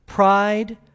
Pride